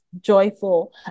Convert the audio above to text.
joyful